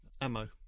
ammo